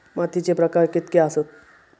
मातीचे प्रकार कितके आसत?